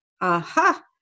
Aha